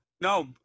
no